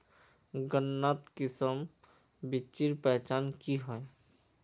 गन्नात किसम बिच्चिर पहचान की होय?